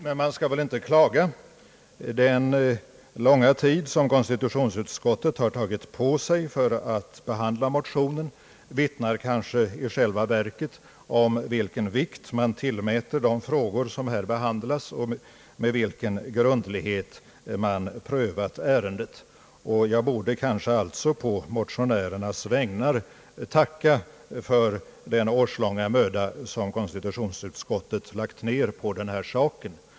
Men man skall väl inte klaga. Den långa tid som konstitutionsutskottet har tagit på sig för att behandla motionerna vittnar kanske i själva verket om den vikt utskottet tillmäter de frågor som här behandlas och om den grundlighet med vilken ärendet blivit prövat. Jag borde kanske på motionärernas vägnar tacka för den årslånga möda som konstitutionsutskottet lagt ned på den här saken.